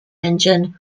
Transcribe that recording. engine